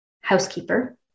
housekeeper